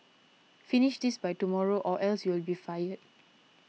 finish this by tomorrow or else you'll be fired